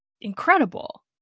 incredible